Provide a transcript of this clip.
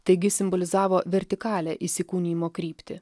taigi simbolizavo vertikalią įsikūnijimo kryptį